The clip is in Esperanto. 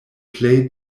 plej